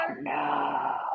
No